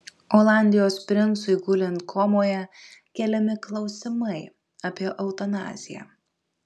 olandijos princui gulint komoje keliami klausimai apie eutanaziją